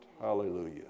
Hallelujah